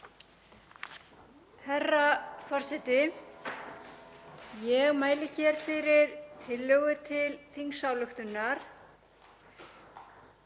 Herra forseti. Ég mæli hér fyrir tillögu til þingsályktunar